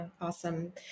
Awesome